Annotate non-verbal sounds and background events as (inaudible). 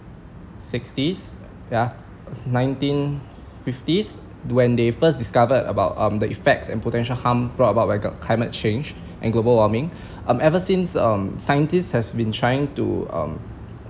sixties yeah nineteen fifties when they first discovered about um the effects and potential harm brought about by climate change and global warming (breath) ever since um scientists have been trying to um